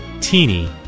teeny